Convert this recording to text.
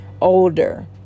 older